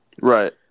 Right